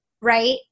right